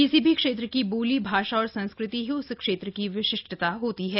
किसी भी क्षेत्र की बोली भाषा और संस्कृति ही उस क्षेत्र की विशिष्टता बताती है